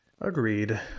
Agreed